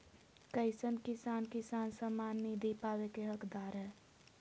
कईसन किसान किसान सम्मान निधि पावे के हकदार हय?